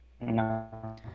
No